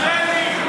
שטייניץ,